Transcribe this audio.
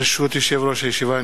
ברשות יושב-ראש הישיבה,